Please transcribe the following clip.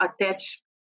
attach